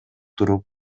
туруп